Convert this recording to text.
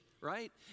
right